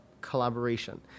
collaboration